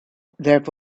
there